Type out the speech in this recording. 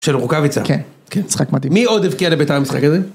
של רוקאביצה. כן, כן, צחק מדהים. מי עוד הפקיע לבית המשחק הזה?